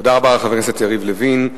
תודה רבה לחבר הכנסת יריב לוין.